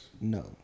No